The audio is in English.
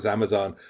Amazon